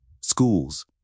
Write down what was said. schools